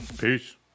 Peace